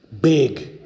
big